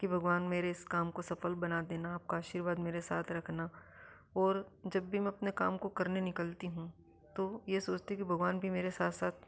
कि भगवान मेरे इस काम को सफल बना देना आपका आशीर्वाद मेरे साथ रखना और जब भी मैं अपने काम को करने निकलती हूँ तो ये सोचती हूँ कि भगवान भी मेंरे साथ साथ